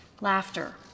laughter